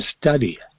study